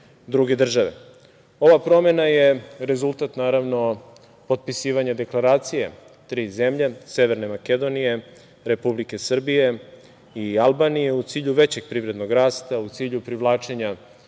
druge države. Ova promena je rezultat potpisivanja Deklaracije tri zemlje – Severne Makedonije, Republike Srbije i Albanije, u cilju većeg privrednog rasta, u cilju privlačenja